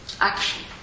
action